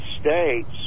States